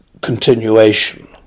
continuation